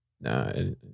No